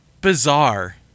bizarre